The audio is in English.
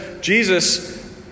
Jesus